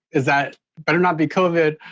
is that better not be covid!